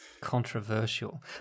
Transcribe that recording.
Controversial